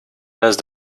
las